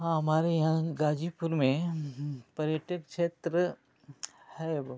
हाँ हमारे यहाँ गाजीपुर में पर्यटक क्षेत्र है बहुत